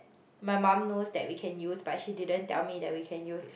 my mum knows that we can use but she didn't tell me that we can use